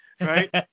Right